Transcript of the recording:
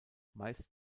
meist